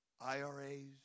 IRAs